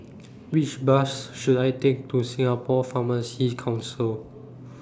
Which Bus should I Take to Singapore Pharmacy Council